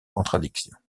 contradictions